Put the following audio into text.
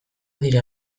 dira